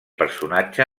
personatge